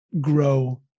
grow